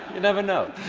never know.